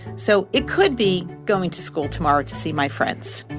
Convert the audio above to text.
so it could be going to school tomorrow to see my friends.